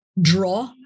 draw